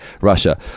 Russia